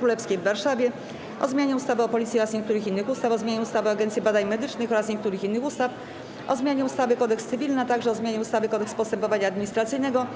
Królewskiej w Warszawie, - o zmianie ustawy o Policji oraz niektórych innych ustaw, - o zmianie ustawy o Agencji Badań Medycznych oraz niektórych innych ustaw, - o zmianie ustawy - Kodeks cywilny, - o zmianie ustawy - Kodeks postępowania administracyjnego.